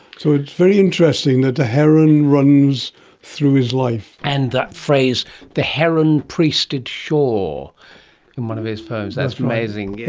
so it's very interesting that a heron runs through his life. and that phrase the heron priested shore in one of his poems, that's amazing. yeah